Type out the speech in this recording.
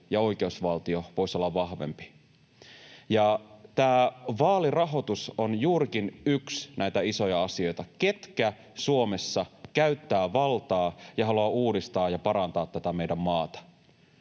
ja oikeusvaltio voisivat olla vahvempia. Tämä vaalirahoitus on juurikin yksi näitä isoja asioita, se, ketkä Suomessa käyttävät valtaa ja haluavat uudistaa ja parantaa tätä meidän maata.